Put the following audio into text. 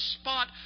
spot